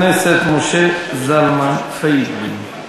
יעלה חבר הכנסת משה זלמן פייגלין,